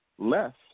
less